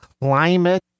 climate